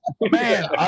Man